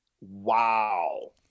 wow